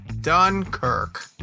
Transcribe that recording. Dunkirk